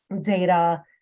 data